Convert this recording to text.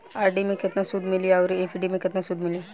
RD मे केतना सूद मिली आउर एफ.डी मे केतना सूद मिली?